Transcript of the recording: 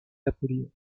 napoléon